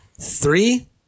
Three